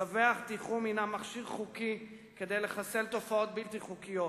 צווי התיחום הם מכשיר חוקי כדי לחסל תופעות בלתי חוקיות.